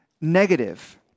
negative